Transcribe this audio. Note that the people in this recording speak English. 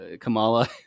Kamala